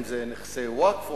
אם זה נכסי ווקף,